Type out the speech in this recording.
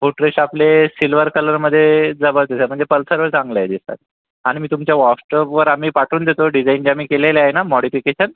footrest आपले silver कलरमध्ये जबदरस्त म्हणजे पल्सरवर चांगले दिसतात आणि मी तुमच्या वॉट्सअपवर आम्ही पाठवून देतो डिझाईन जे आम्ही केलेलं आहे ना मॉडिफिकेशन